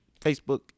Facebook